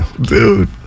Dude